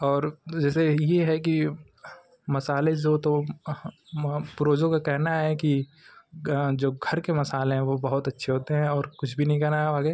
और तो जैसे ये है कि मसाले जो तो हम पूर्वजों का कहना है कि जो घर के मसाले हैं वो बहुत अच्छे होते हैं और कुछ भी नहीं कहना है अब आगे